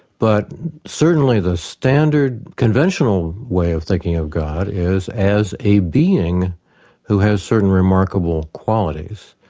but certainly the standard conventional way of thinking of god is as a being who has certain remarkable qualities,